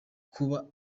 kuba